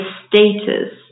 status